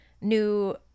new